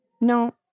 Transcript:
No